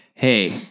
hey